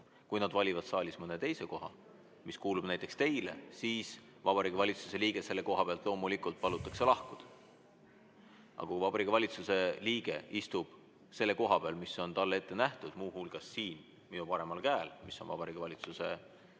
Kui nad valivad saalis mõne teise koha, mis kuulub näiteks teile, siis Vabariigi Valitsuse liikmel selle koha pealt palutakse loomulikult lahkuda. Kui Vabariigi Valitsuse liige istub selle koha peal, mis on talle ette nähtud, muu hulgas siin minu paremal käel – need on Vabariigi Valitsuse kohad